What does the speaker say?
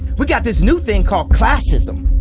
we got this new thing called classism,